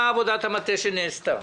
מה עבודת המטה שנעשתה?